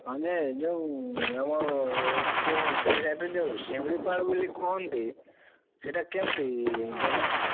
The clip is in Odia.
ହଁ ଯେ ଯେଉଁ ଆମର ତୁମର ସେଇ ସାଇଟ୍ରେ ଯେଉଁ ଶିମିଳିପାଳ ବୋଲି କୁହନ୍ତି ସେଇଟା କେମିତି ଜାଗା